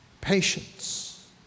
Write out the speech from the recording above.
Patience